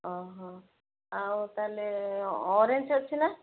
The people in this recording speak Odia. ଅ ହଁ ଆଉ ତା' ହେଲେ ଅରେଞ୍ଜ ଅଛି ନା